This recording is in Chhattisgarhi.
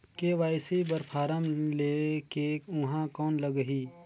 के.वाई.सी बर फारम ले के ऊहां कौन लगही?